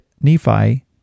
Nephi